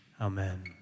Amen